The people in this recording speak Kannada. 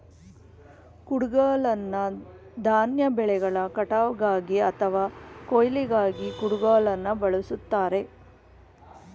ಕುಡುಗ್ಲನ್ನ ಧಾನ್ಯ ಬೆಳೆಗಳ ಕಟಾವ್ಗಾಗಿ ಅಥವಾ ಕೊಯ್ಲಿಗಾಗಿ ಕುಡುಗೋಲನ್ನ ಬಳುಸ್ತಾರೆ